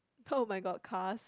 oh-my-god cars